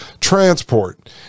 transport